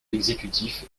l’exécutif